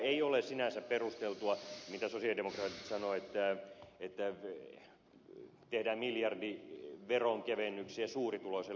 ei ole sinänsä perusteltua se mitä sosialidemokraatit sanoivat että tehdään miljardi veronkevennyksiä suurituloisille